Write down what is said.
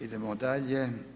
Idemo dalje.